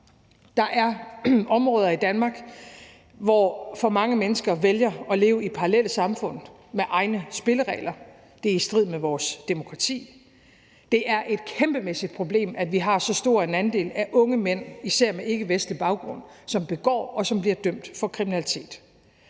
Der er områder i Danmark, hvor for mange mennesker vælger at leve i parallelsamfund med egne spilleregler, og det er i strid med vores demokrati. Det er et kæmpemæssigt problem, at vi har så stor en andel af unge mænd, især med ikkevestlig baggrund, som begår og bliver dømt for kriminalitet.